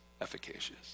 efficacious